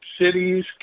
cities